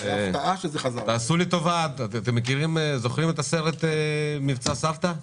תעשו לי טובה, אתם מכירים את הסרט מבצע סבתא?